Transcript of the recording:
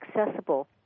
accessible